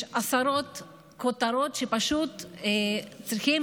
יש עשרות כותרות שפשוט צריכות